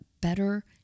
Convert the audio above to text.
better